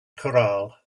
corral